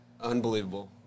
unbelievable